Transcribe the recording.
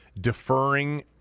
deferring